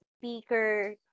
speaker